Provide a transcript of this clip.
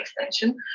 extension